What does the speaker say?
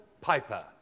Piper